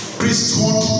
priesthood